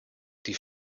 die